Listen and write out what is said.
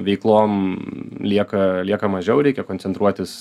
veiklom lieka lieka mažiau reikia koncentruotis